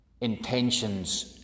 intentions